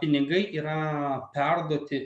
pinigai yra perduoti